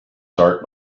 start